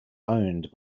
owned